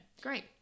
great